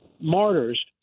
martyrs